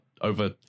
over